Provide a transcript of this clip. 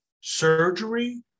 surgery